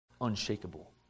unshakable